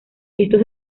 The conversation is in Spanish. esto